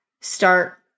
start